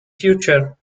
future